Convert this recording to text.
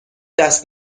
دست